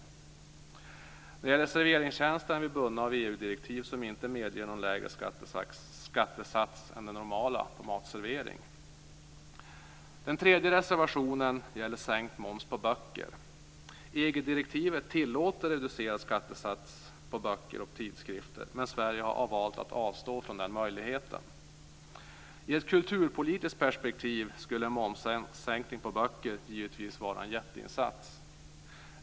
När det gäller serveringstjänster är vi bundna av EU-direktiv som inte medger någon lägre skattesats än den normala på matservering. Den tredje reservationen gäller sänkt moms på böcker. EG-direktivet tillåter reducerad skattesats på böcker och tidskrifter, men Sverige har valt att avstå från den möjligheten. I ett kulturpolitiskt perspektiv skulle en momssänkning på böcker givetvis vara en jätteinsats.